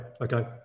okay